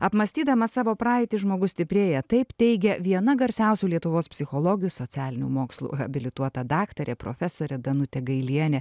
apmąstydamas savo praeitį žmogus stiprėja taip teigia viena garsiausių lietuvos psichologių socialinių mokslų habilituota daktarė profesorė danutė gailienė